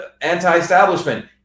anti-establishment